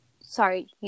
Sorry